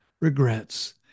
regrets